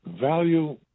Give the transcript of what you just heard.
value